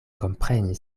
komprenis